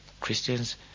Christians